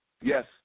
Yes